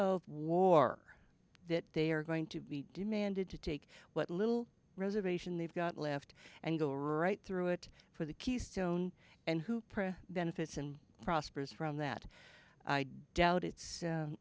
of war that they are going to be demanded to take what little reservation they've got left and go right through it for the keystone and who press benefits and prospers from that i doubt it's